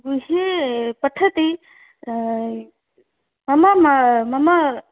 गृहे पठति मम मा मम